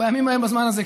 בימים ההם בזמן הזה,